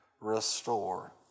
restore